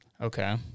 Okay